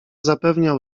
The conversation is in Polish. zapewniał